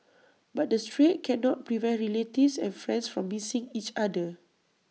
but the strait cannot prevent relatives and friends from missing each other